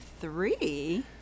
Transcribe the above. three